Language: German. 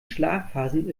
schlafphasen